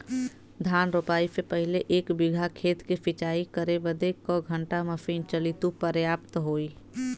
धान रोपाई से पहिले एक बिघा खेत के सिंचाई करे बदे क घंटा मशीन चली तू पर्याप्त होई?